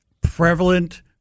prevalent